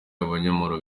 abanyororo